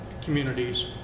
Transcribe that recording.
communities